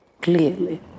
Clearly